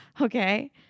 Okay